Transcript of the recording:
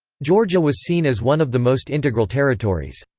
georgia was seen as one of the most integral territories.